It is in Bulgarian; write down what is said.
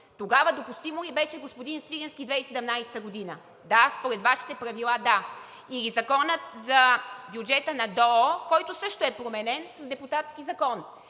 Тогава допустимо ли беше, господин Свиленски, през 2017 г.? Да, според Вашите правила, да. Законът за бюджета на ДОО, който също е променен с депутатски закон,